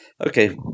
Okay